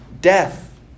Death